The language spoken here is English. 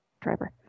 driver